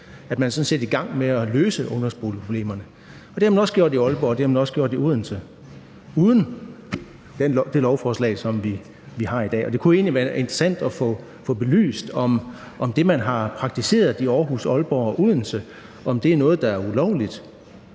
set er i gang med at løse ungdomsboligproblemerne, og det har man også gjort i Aalborg og i Odense – uden det lovforslag, som vi har her i dag. Og det kunne egentlig være interessant at få belyst, om det, man har praktiseret i Aarhus, Aalborg og Odense, er noget, der er ulovligt.